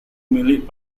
milik